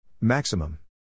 Maximum